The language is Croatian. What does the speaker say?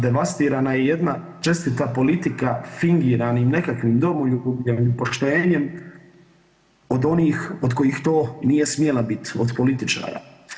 Devastirana je i jedna čestita politika fingiranim nekakvim domoljubljem i poštenjem od onih od kojih to nije smjela biti, od političara.